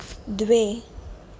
द्वे